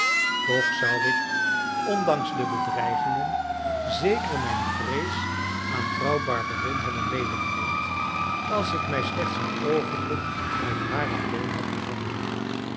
toch zou ik ondanks de bedreigingen zeker mijn vrees aan vrouw barberin hebben medegedeeld als ik mij slechts een oogenblik met haar alleen had bevonden